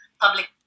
public